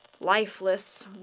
lifeless